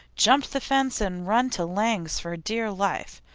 jumped the fence, and run to lang's for dear life.